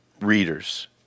readers